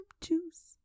Juice